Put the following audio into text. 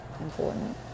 important